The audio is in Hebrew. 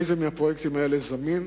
איזה מהפרויקטים האלה זמין?